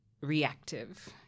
reactive